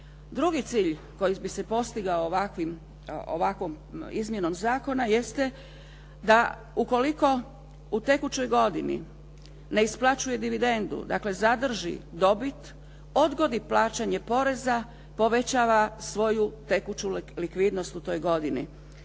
Drugi cilj koji bi se postigao ovakvom izmjenom zakona jeste da ukoliko u tekućoj godini ne isplaćuje dividentu, dakle zadrži dobit, odgodi plaćanje poreza, povećava svoju tekuću likvidnost u toj godini.